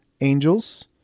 angels